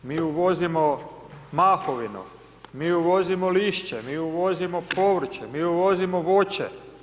Mi uvozimo mahovinu, mi uvozimo lišće, mi uvozimo povrće, mi uvozimo voće.